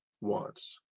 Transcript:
wants